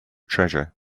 treasure